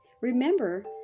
Remember